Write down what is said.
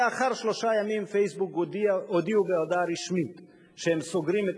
לאחר שלושה ימים "פייסבוק" הודיעו בהודעה רשמית שהם סוגרים את